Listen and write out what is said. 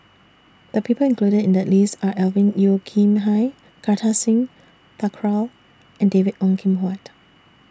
The People included in The list Are Alvin Yeo Khirn Hai Kartar Singh Thakral and David Ong Kim Huat